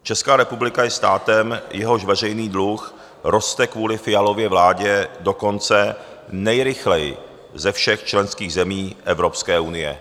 Česká republika je státem, jehož veřejný dluh roste kvůli Fialově vládě dokonce nejrychleji ze všech členských zemí Evropské unie.